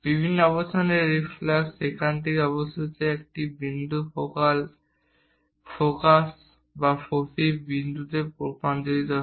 বিভিন্ন অবস্থানে রিফ্লাক্স সেখান থেকে অবশেষে একটি বিন্দু ফোকাল ফোকাস বা ফোসি বিন্দুতে রূপান্তরিত হয়